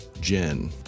Jen